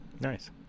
Nice